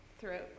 throughout